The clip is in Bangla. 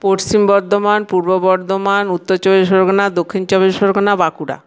পশ্চিম বর্ধমান পূর্ব বর্ধমান উত্তর চব্বিশ পরগনা দক্ষিণ চব্বিশ পরগনা বাঁকুড়া